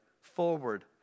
forward